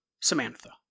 Samantha